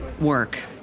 work